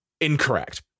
Incorrect